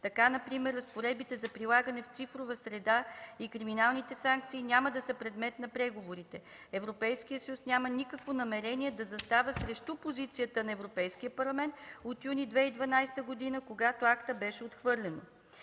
Така например разпоредбите за прилагане цифрова среда и криминалните санкции няма да са предмет на преговорите. Европейският съюз няма никакво намерение да застава срещу позицията на Европейския парламент от юни 2012 г., когато АКТА беше отхвърлен.